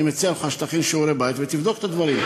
ואני מציע לך שתכין שיעורי בית ותבדוק את הדברים.